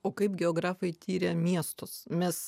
o kaip geografai tiria miestus mes